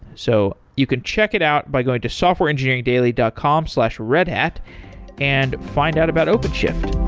so you could check it out by going to softwareengineeringdaily dot com slash redhat and find out about openshift